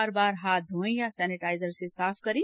बार बार हाथ घोयें या सेनेटाइजर से साफ करें